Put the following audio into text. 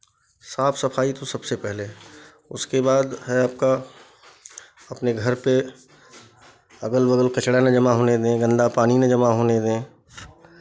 साफ सफाई तो सबसे पहले उसके बाद है आपका अपने घर पे अगल बगल कचरा ना जमा होने दें गंदा पानी ना जमा होने दें